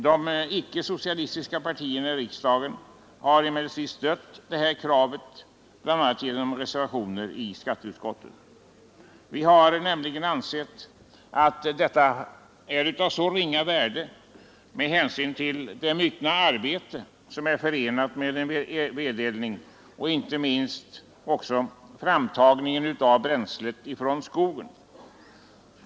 De icke socialistiska partierna i riksdagen har stött detta krav bl.a. genom reservationer i skatteutskottet. Vi har nämligen ansett att beskattningsvärdet är ringa med hänsyn till det myckna arbete som vedeldningen och framtagningen av bränslet från skogen innebär.